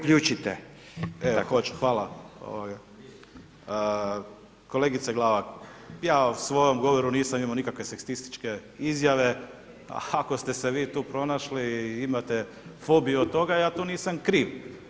Kolegice Glavak, ja u svojem govoru nisam imao nikakve seksističke izjave, ako ste se vi tu pronašli, imate fobiju od toga, ja tu nisam kriv.